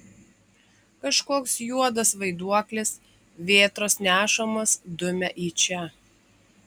kažkoks juodas vaiduoklis vėtros nešamas dumia į čia